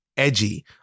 edgy